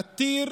עתיר,